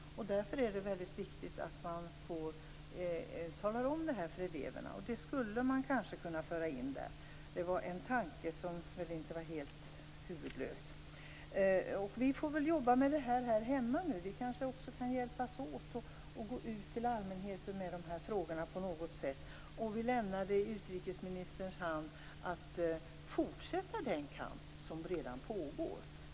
Därför är det mycket viktigt att man talar om detta för eleverna. Det skulle man kanske kunna föra in i samband med den undervisningen. Det var en tanke som väl inte var helt huvudlös. Vi får väl jobba med detta här hemma. Vi kanske kan hjälpas åt och gå ut till allmänheten med dessa frågor på något sätt. Vi lämnar det i utrikesministerns hand att fortsätta den kamp som redan pågår.